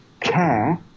care